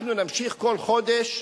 אנחנו נמשיך כל חודש.